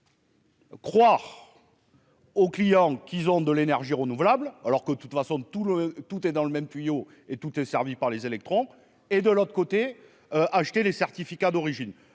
Croire au client qu'ils ont de l'énergie renouvelable, alors que, de toute façon tout le tout est dans le même tuyau et tout est servi par les électrons et de l'autre côté, acheter les certificats d'origine,